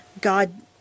God